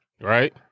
right